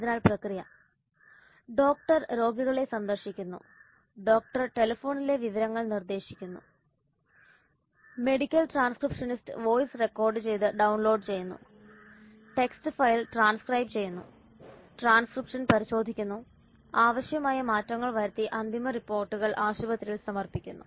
അതിനാൽ പ്രക്രിയ ഡോക്ടർ രോഗികളെ സന്ദർശിക്കുന്നു ഡോക്ടർ ടെലിഫോണിലെ വിവരങ്ങൾ നിർദ്ദേശിക്കുന്നു മെഡിക്കൽ ട്രാൻസ്ക്രിപ്ഷനിസ്റ്റ് വോയ്സ് റെക്കോർഡുചെയ്ത് ഡൌൺലോഡ് ചെയ്യുന്നു ടെക്സ്റ്റ് ഫയൽ ട്രാൻസ്ക്രൈബ് ചെയ്യുന്നു ട്രാൻസ്ക്രിപ്ഷൻ പരിശോധിക്കുന്നു ആവശ്യമായ മാറ്റങ്ങൾ വരുത്തി അന്തിമ റിപ്പോർട്ടുകൾ ആശുപത്രിയിൽ സമർപ്പിക്കുന്നു